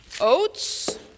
oats